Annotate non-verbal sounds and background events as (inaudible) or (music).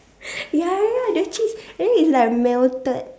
(breath) ya the cheese and then it's like melted